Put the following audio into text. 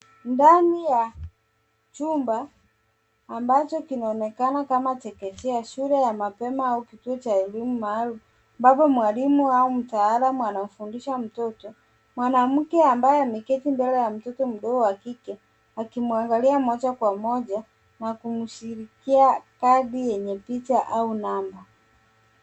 Ndani ya chumba ambacho kina onekana kama chekechea, shule ya mapema au kituo cha elimu maalum, ambavyo mwalimu wao mtaalamu anamfundisha mtoto. Mwanamke ambaye ameketi mbele ya mtoto mdogo wa kike akimwangalia moja kwa moja na kumshikia kadi yenye picha au namba.